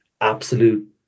absolute